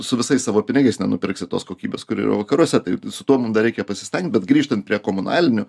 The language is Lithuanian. su visais savo pinigais nenupirksi tos kokybės kuri yra vakaruose tai su tuo mum dar reikia pasistengt bet grįžtant prie komunalinių